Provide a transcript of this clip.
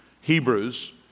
Hebrews